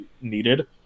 needed